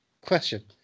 Question